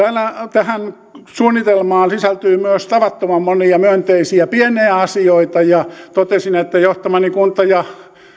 tähän suunnitelmaan sisältyy myös tavattoman monia myönteisiä pieniä asioita ja totesin että johtamani kunta ja